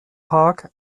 park